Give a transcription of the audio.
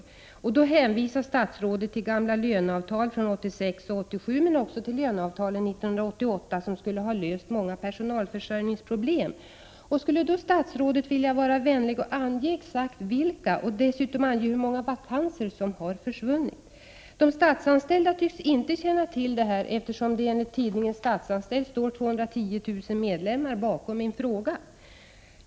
Statsrådet hänvisar till gamla löneavtal från 1986 och 1987 men också till löneavtalen 1988, som skulle ha löst många personalförsörjningsproblem. Skulle statsrådet vilja vara vänlig och ange exakt vilka, och dessutom ange hur många vakanser som har försvunnit? De statsanställda tycks inte känna till det här, eftersom det enligt tidningen Statsanställd står 210 000 medlemmar bakom min fråga.